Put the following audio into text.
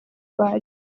world